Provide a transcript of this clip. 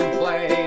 play